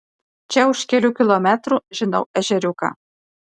čia už kelių kilometrų žinau ežeriuką